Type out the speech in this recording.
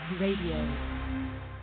Radio